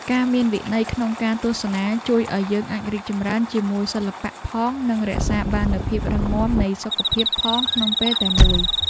ការមានវិន័យក្នុងការទស្សនាជួយឱ្យយើងអាចរីករាយជាមួយសិល្បៈផងនិងរក្សាបាននូវភាពរឹងមាំនៃសុខភាពផងក្នុងពេលតែមួយ។